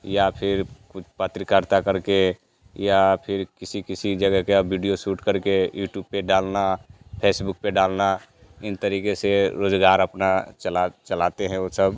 या फिर कुछ पत्रकारिता करके या फिर किसी किसी जगह का वीडियो शूट करके यूट्यूब पर डालना फेसबुक पर डालना इन तरीक़े से रोज़गार अपना चला चलाते हैं वे सब